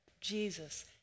Jesus